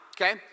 okay